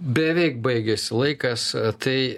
beveik baigėsi laikas tai